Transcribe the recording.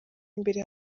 imbere